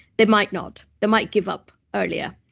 they might not, they might give up earlier.